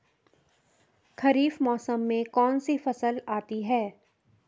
खरीफ मौसम में कौनसी फसल आती हैं?